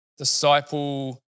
disciple